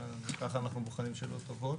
ככה אנחנו בוחנים שאלות טובות.